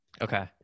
Okay